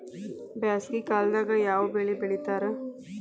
ಬ್ಯಾಸಗಿ ಕಾಲದಾಗ ಯಾವ ಬೆಳಿ ಬೆಳಿತಾರ?